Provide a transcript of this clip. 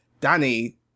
danny